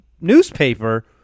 newspaper